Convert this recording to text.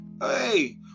hey